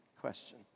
question